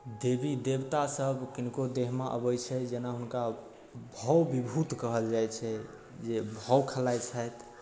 देवी देवतासभ किनको देहमे अबै छै जेना हुनका भाव विभूत कहल जाइ छै जे भाव खेलाइ छथि